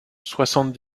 soixante